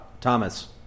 Thomas